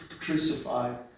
crucified